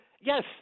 yes